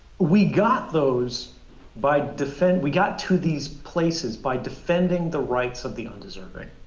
we got those by defend we got to these places by defending the rights of the undeserving.